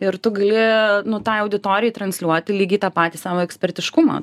ir tu gali nu tai auditorijai transliuoti lygiai tą patį savo ekspertiškumą